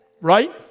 Right